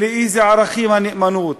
ולאיזה ערכים הנאמנות?